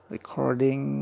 Recording